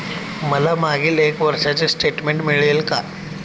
मला मागील एक वर्षाचे स्टेटमेंट मिळेल का?